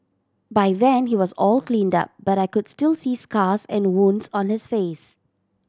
by then he was all cleaned up but I could still see scars and wounds on his face